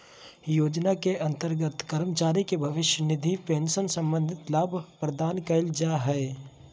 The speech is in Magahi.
योजना के अंतर्गत कर्मचारी के भविष्य निधि पेंशन संबंधी लाभ प्रदान कइल जा हइ